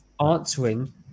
answering